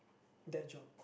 that job